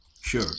sure